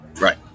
Right